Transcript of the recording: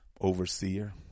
overseer